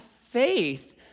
faith